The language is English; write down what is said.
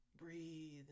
breathe